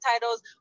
titles